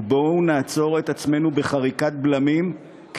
בואו נעצור את עצמנו בחריקת בלמים,